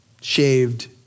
shaved